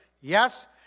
yes